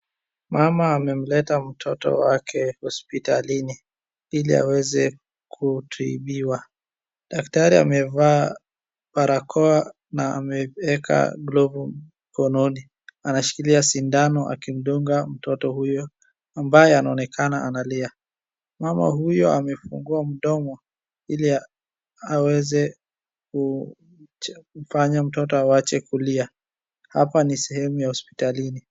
Mama amemleta mtoto wake hospitalini ili aweze kutibiwa. Daktari amevaa barakoa na ameweka glavu mkononi, anashikilia sindano akimdunga mtoto huyu ambaye anaonekana analia. Mama huyo amefungua mdomo ili aweza kufanya mtoto awache kulia. Hapa ni sehemu ya hospitalini.